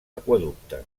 aqüeducte